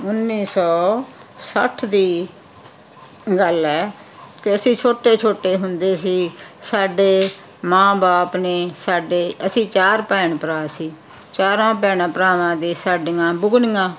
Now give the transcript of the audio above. ਉੱਨੀ ਸੌ ਸੱਠ ਦੀ ਗੱਲ ਹੈ ਕਿ ਅਸੀਂ ਛੋਟੇ ਛੋਟੇ ਹੁੰਦੇ ਸੀ ਸਾਡੇ ਮਾਂ ਬਾਪ ਨੇ ਸਾਡੇ ਅਸੀਂ ਚਾਰ ਭੈਣ ਭਰਾ ਸੀ ਚਾਰਾਂ ਭੈਣਾਂ ਭਰਾਵਾਂ ਦੇ ਸਾਡੀਆਂ ਬੁਗਣੀਆਂ